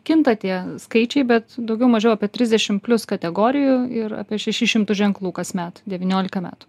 kinta tie skaičiai bet daugiau mažiau apie trisdešim plius kategorijų ir apie šešis šimtus ženklų kasmet devyniolika metų